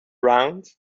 round